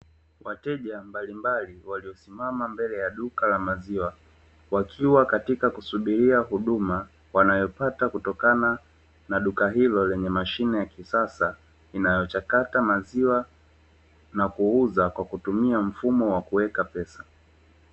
Wateja mbalimbali, waliosimama mbele ya duka la maziwa, wakiwa katika kusubiria huduma, wanayopata kutokana na duka hilo, lenye mashine ya kisasa, inayochakata maziwa na kuuza kwa kutumia mfumo wa kuweka pesa.